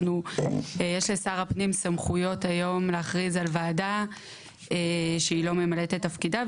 יש לשר הפנים סמכויות היום להכריז על ועדה שהיא לא ממלאת את תפקידה,